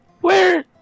WHERE-